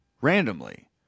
randomly